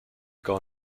gar